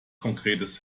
konkretes